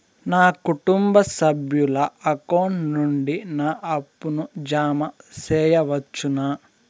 నా కుటుంబ సభ్యుల అకౌంట్ నుండి నా అప్పును జామ సెయవచ్చునా?